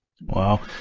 Wow